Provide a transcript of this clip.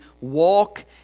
walk